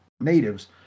natives